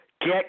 Get